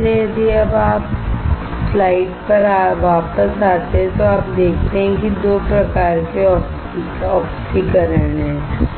इसलिए यदि आप स्लाइड पर वापस आते हैं तो आप देखते हैं कि 2 प्रकार के ऑक्सीकरण हैं